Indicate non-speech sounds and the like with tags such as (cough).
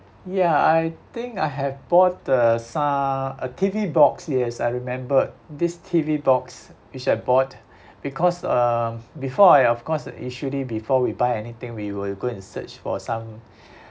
ya I think I have bought a su~ a T_V box yes I remembered this T_V box which I bought (breath) because um before I of course usually before we buy anything we will go and search for some (breath)